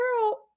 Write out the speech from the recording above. girl